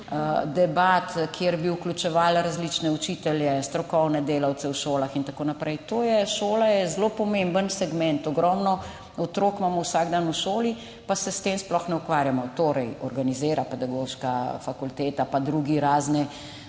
debat, kjer bi vključevali različne učitelje, strokovne delavce v šolah in tako naprej. Šola je zelo pomemben segment. Ogromno otrok imamo vsak dan v šoli, pa se s tem sploh ne ukvarjamo. Organizira pedagoška fakulteta pa drugi razne